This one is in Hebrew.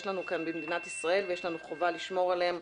לנו במדינת ישראל ויש לנו וחובה לשמור עליהם.